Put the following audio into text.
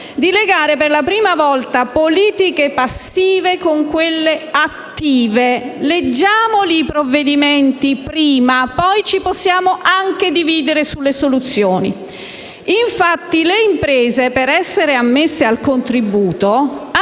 Bogo Deledda - politiche passive con quelle attive. Leggiamo i provvedimenti prima e poi ci possiamo anche dividere sulle soluzioni. Infatti, per essere ammesse al contributo,